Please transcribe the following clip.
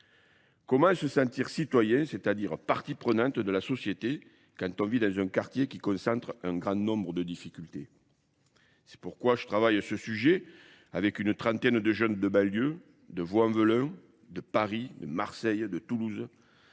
Comment se sentir citoyen, c'est-à-dire partie prenante de la société quand on vit dans un quartier qui concentre un grand nombre de difficultés ? C'est pourquoi je travaille à ce sujet avec une trentaine de jeunes de Belieu, de Voie-en-Velin, de Paris, de Marseille, de Toulouse,